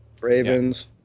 Ravens